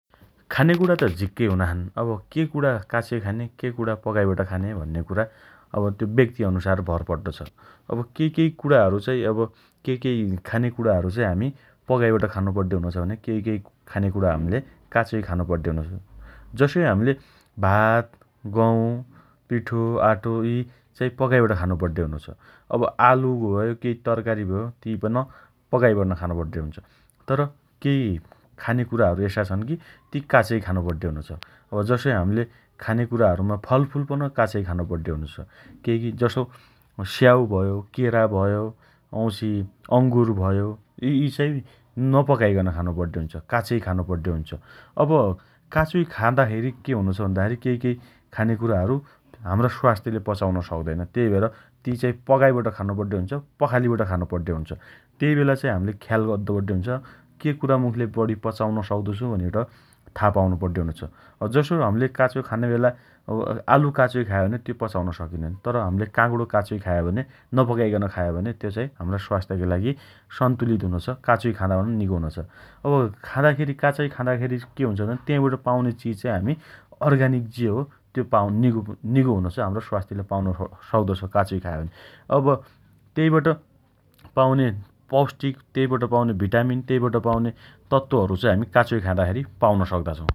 खाने कुणा त झिक्कै हुना छन् । अब के कुणा काचै खाने के कुणा पकाइबट खाने भन्ने कुरा अब त्यो व्यक्ति अनुसार भर पड्डो छ । अब केइ केइ कुणाहरू चाइ अब केइ केइ खाने कुणाहरू चै हमी पकाइबट खानो पड्डे हुनो छ भने केइ केइ खाने कुणा हम्ले काचोइ खानो पड्डे हुनो छ । जसै हम्ले भात गहुँ पीठो आटो यी चाइ पकाइबट खानो पड्डे हुनो छ । अब आलु भयो केइ तरकारी भयो तीपन पकाइपन खानुपड्डे हुन्छ । तर, केइ खानेकुराहरू यस छन् की ती काचै खानो पड्डे हुनो छ । अब जसोइ हम्ले खानेकुराहरूमा फलफूल पन काचै खानो पड्डे हुनो छ । केइकी जसो स्याउ भयो केरा भयो, वाउँछि अंगुर भयो यी यी चाई नपकाइकन खानु पड्डे हुन्छ । काचोइ खानो पड्डे हुन्छ । अब काचोइ खाँदा खेरी के हुनो भन्दा खेरी केइ केइ खानेकुराहरू हम्रा स्वास्थेले पचाउन सक्दैन । तेइ भएर ती चाई पकाइबट खानो पड्डे हुन्छ र पखालीकन खानो पड्डे हुन्छ । तेइबेला हाम्ले ख्याल अद्दो पड्डे हुनो छ । के कुरा मुखीलाई बढी पचाउन सक्दो छु भनिबट था पाउनु पड्डे हुनो छ । जसो हम्ले काचो खानेबेला अब आलु काचोइ खायो भने त्यो पचाउन सकिनैन । तर, हम्ले काग्णो काचोइ खायो भने नपकाइकन खायो भने त्यो चाइ हम्रा स्वास्थका लागि सन्तुलित हुनोछ । काचोइ खाना पन निको हुनोछ । अब खाँदाखेरी काचै खादाखेरी के हुन्छ भन्दा तेइबट पाउने चिज हमी अर्गानिक जे हो त्यो पाउन निक निगो हुने हम्रा स्वास्थ्यले पाउने सक् सक्दो छ काचोइ खायो भने । अब तेइबट पाउने पौष्टिक तेइबट पाउने भिटामिन तेइबट पाउने तत्वहरु चाइ हमी काचोइ खाँदाखेरी पाउन सक्दा छौं ।